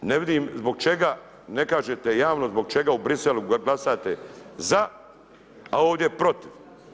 Ne vidim zbog čega ne kažete javno zbog čega u Bruxellesu glasate za, a ovdje protiv?